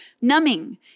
numbing